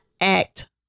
act